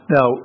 Now